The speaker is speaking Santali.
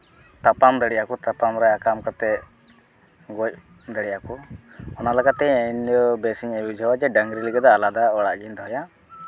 ᱛᱟᱯᱟᱢ ᱫᱟᱲᱮᱭᱟᱜ ᱠᱚ ᱛᱟᱯᱟᱢ ᱨᱮ ᱟᱠᱟᱢ ᱠᱟᱛᱮᱫ ᱜᱚᱡ ᱫᱟᱲᱮᱭᱟᱜᱼᱟ ᱠᱚ ᱚᱱᱟ ᱞᱮᱠᱟᱛᱮ ᱤᱧᱫᱚ ᱵᱮᱥ ᱤᱧ ᱵᱩᱡᱷᱟᱹᱣᱟ ᱡᱮ ᱰᱟᱝᱨᱤ ᱞᱟᱹᱜᱤᱫ ᱫᱚ ᱟᱞᱟᱫᱟ ᱚᱲᱟᱜ ᱜᱤᱧ ᱫᱚᱦᱚᱭᱟ